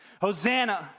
Hosanna